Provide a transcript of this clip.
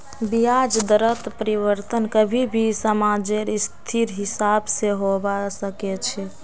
ब्याज दरत परिवर्तन कभी भी समाजेर स्थितिर हिसाब से होबा सके छे